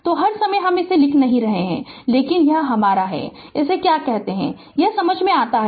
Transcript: तो हर समय हम लिख नहीं रहे हैं लेकिन यह हमारा है इसे क्या कहते हैं यह समझ में आता है